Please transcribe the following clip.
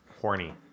horny